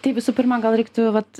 tai visų pirma gal reiktų vat